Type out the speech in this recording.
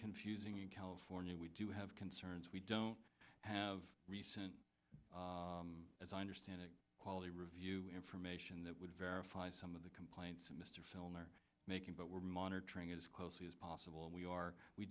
confusing in california we do have concerns we don't have recent as i understand it quality review information that would verify some of the complaints of mr filner making but we're monitoring it as closely as possible and we are we